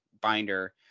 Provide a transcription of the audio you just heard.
binder